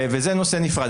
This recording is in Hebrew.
וזה נושא נפרד.